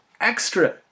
extra